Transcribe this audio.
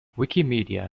wikimedia